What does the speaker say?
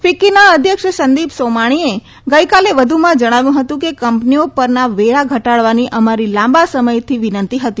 ફીકકીના અધ્યક્ષ સંદીપ સોમાણીએ ગઈકાલે વધુમાં જણાવ્યું હતું કે કંપનીઓ પરના વેરા ઘટાડવાની અમારી લાંબા સમયથી વિનંતી હતી